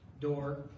door